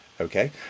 Okay